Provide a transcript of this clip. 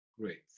great